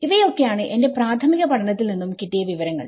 ഇവയൊക്കെയാണ് എന്റെ പ്രാഥമിക പഠനത്തിൽ നിന്നും കിട്ടിയ വിവരങ്ങൾ